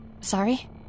Sorry